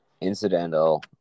incidental